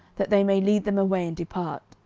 that they may lead them away, and depart.